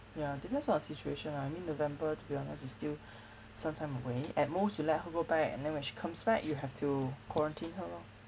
ya depends on the situation lah I mean november to be honest is still some time away at most you let her go back and then when she comes back you have to quarantine her lor